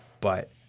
but-